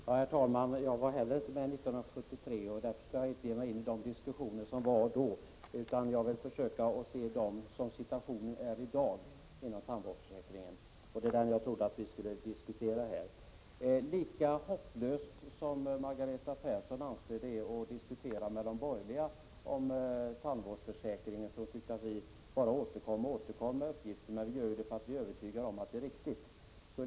Herr talman! Jag var inte heller med i riksdagen 1973, och därför skall jag inte ge mig in och diskutera vad som då skedde. Jag vill i stället försöka se den situation som vi har i dag inom tandvårdsförsäkringen. Jag trodde att det var den vi skulle diskutera här. Margareta Persson ansåg att det är hopplöst att diskutera tandvårdsförsäkringen med oss borgerliga, eftersom vi bara återkommer och återkommer med uppgifter. Men vi gör det för att vi är övertygade om att det är riktigt.